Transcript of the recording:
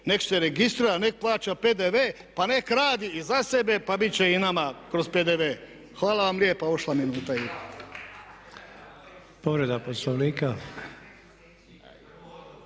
nek' se registrira, nek' plaća PDV, pa nek' radi i za sebe, pa bit će i nama kroz PDV. Hvala vam lijepa. Ošla minuta